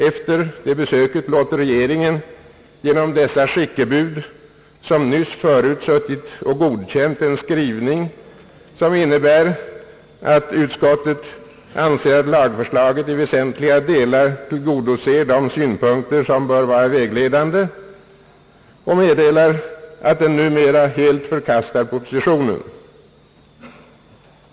Efter detta besök låter regeringen genom dessa skickebud, som nyss suttit och godkänt en skrivning innebärande att utskottet anser att lagförslaget till väsentliga delar tillgodoser de synpunkter som bör vara vägledande, meddela att den numera helt förkastar propositionen.